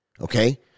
Okay